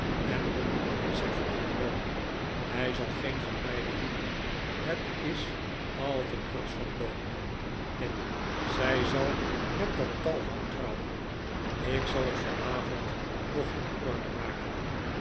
en dat is zijn verdiende loon zij zal geen van beiden huwen het is al te kras van loder nee zij zal met dat talhout trouwen ik zal het vanavond nog in orde maken